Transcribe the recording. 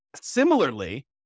Similarly